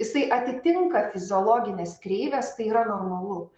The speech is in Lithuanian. jisai atitinka fiziologines kreives tai yra normalu